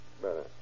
Better